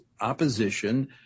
opposition